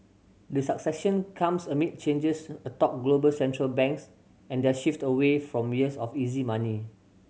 the succession comes amid changes atop global Central Banks and their shift away from years of easy money